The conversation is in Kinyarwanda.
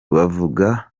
bavuga